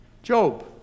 Job